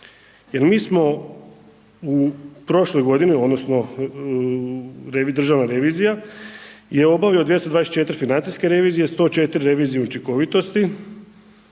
mi smo u prošloj godini odnosno državna revizija je obavio 224 financijske revizije, 104 revizije učinkovitosti,